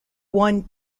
one